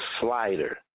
slider